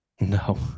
No